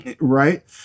right